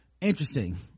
interesting